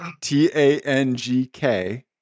T-A-N-G-K